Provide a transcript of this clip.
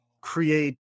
create